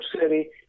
City